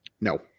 No